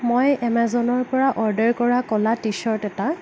মই এমাজনৰ পৰা অৰ্ডাৰ কৰা ক'লা টি চাৰ্ট এটা